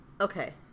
Okay